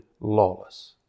lawless